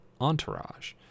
Entourage